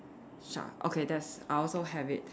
shark okay there's I also have it